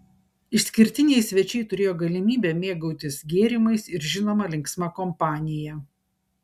išskirtiniai svečiai turėjo galimybę mėgautis gėrimais ir žinoma linksma kompanija